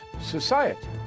society